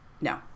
No